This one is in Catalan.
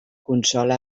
consola